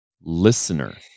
listener